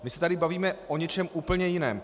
My se tady bavíme o něčem úplně jiném.